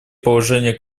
положения